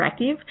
Interactive